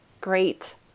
Great